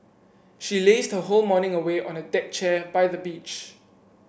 she lazed her whole morning away on a deck chair by the beach